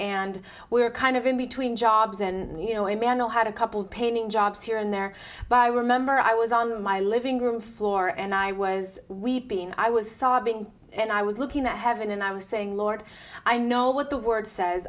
and we were kind of in between jobs and you know emanuel had a couple painting jobs here and there but i remember i was on my living room floor and i was weeping i was sobbing and i was looking at heaven and i was saying lord i know what the word says